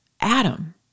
Adam